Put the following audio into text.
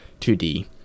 2D